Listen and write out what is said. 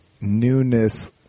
newness